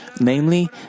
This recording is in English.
Namely